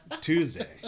Tuesday